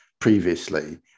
previously